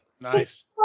nice